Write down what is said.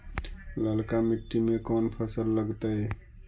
ललका मट्टी में कोन फ़सल लगतै?